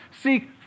Seek